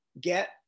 get